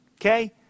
Okay